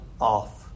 off